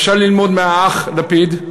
אפשר ללמוד מהאח לפיד,